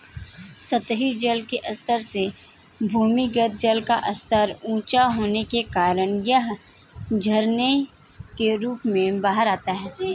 सतही जल के स्तर से भूमिगत जल का स्तर ऊँचा होने के कारण यह झरनों के रूप में बाहर आता है